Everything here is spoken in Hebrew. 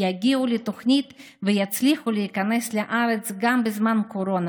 יגיעו לתוכנית ויצליחו להיכנס לארץ גם בזמן הקורונה,